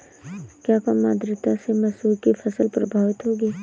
क्या कम आर्द्रता से मसूर की फसल प्रभावित होगी?